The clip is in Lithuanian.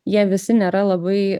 jie visi nėra labai